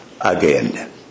again